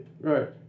right